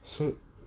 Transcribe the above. so